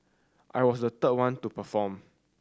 I was the third one to perform